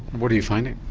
what are you finding?